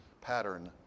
pattern